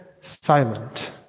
silent